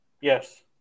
Yes